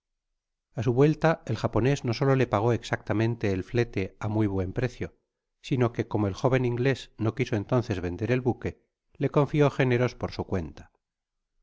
a su vuelta el japonés no solo le pagó exactamente el flete á muy buen precio sino que como el joven inglés no quiso entonces vender el buque le confló géneros por su cuenta